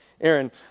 Aaron